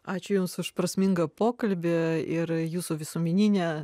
ačiū jums už prasmingą pokalbį ir jūsų visuomeninę